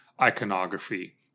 iconography